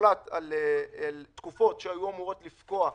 הוחלט על תקופות שהיו אמורות לפקוע.